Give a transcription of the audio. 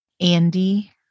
Andy